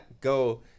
go